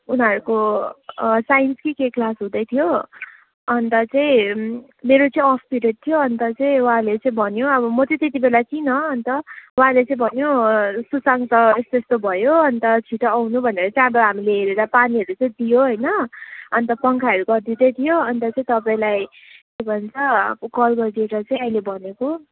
उनीहरूको साइन्स कि के क्लास हुँदैथ्यो अन्त चाहिँ मेरो चाहिँ अफ् पिरियड थियो अन्त चाहिँ उहाँले चाहिँ भन्यो अब म चाहिँ त्यति बेला थिइनँ अन्त उहाँले चाहिँ भन्यो सुशान्त यस्तो यस्तो भयो अन्त छिटो आउनु भनेर चाहिँ अब हामीले हेरेर पानीहरू चाहिँ दियो होइन अन्त पङ्खाहरू गरिदिँदै थियो अन्त चाहिँ तपाईँलाई के भन्छ कल गरिदिएर चाहिँ अहिले भनेको